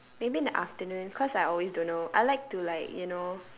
maybe in the afternoon cause I always don't know I like to like you know